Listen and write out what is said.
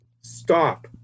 stop